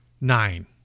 nine